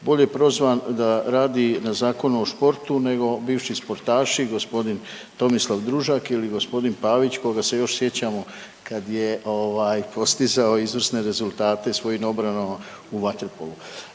bolje prozvan da radi na Zakonu o sportu nego bivši sportaši g. Tomislav Družak ili g. Pavić koga se još sjećamo kad je postizao izvrsne rezultate svojim obranama u vaterpolu.